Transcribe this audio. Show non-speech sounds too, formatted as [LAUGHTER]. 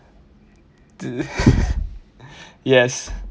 [BREATH] yes